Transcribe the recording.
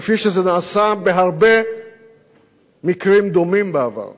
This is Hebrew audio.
כפי שזה נעשה בהרבה מקרים דומים בעבר.